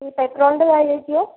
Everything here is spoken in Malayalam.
ഈ പെട്രോളിൻ്റെ കാര്യമൊക്കെയോ